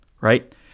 right